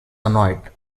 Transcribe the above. annoyed